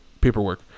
paperwork